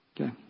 Okay